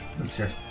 Okay